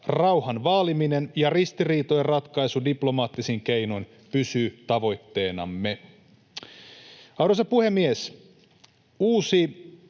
Rauhan vaaliminen ja ristiriitojen ratkaisu diplomaattisin keinoin pysyvät tavoitteinamme. Arvoisa puhemies! Uusi